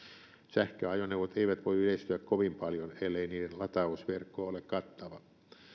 sähköajoneuvot eivät voi yleistyä kovin paljon ellei niiden latausverkko ole kattava